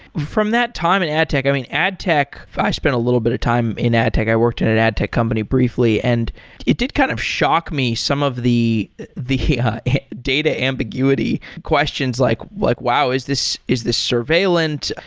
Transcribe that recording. from that time in ad tech, i mean, ad tech i spent a little bit of time in ad tech. i worked in an ad tech company briefly and it did kind of shock me, some of the the data ambiguity questions like like wow, is this is this surveillance?